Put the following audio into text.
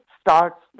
starts